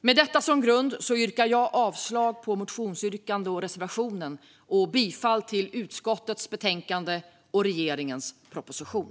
Med detta som grund yrkar jag avslag på motionsyrkandet och reservationen och bifall till utskottets förslag och regeringens proposition.